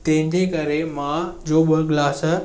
तंहिंजे करे मुंहिंजो ॿ गिलास